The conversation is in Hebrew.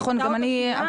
גם אני ראיתי,